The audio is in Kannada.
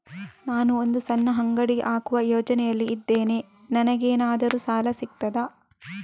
ನಾನು ಒಂದು ಸಣ್ಣ ಅಂಗಡಿ ಹಾಕುವ ಯೋಚನೆಯಲ್ಲಿ ಇದ್ದೇನೆ, ನನಗೇನಾದರೂ ಸಾಲ ಸಿಗ್ತದಾ?